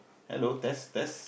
hello test test